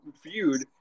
feud